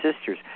sisters